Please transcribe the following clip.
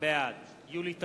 בעד יולי תמיר,